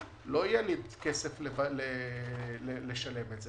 לא יהיה לי כסף לשלם עבור זה.